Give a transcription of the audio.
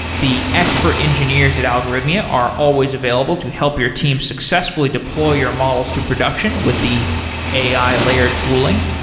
the expert engineers at algorithmia are always available to help your team successfully deploy your models to production with the ai layer tooling.